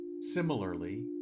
Similarly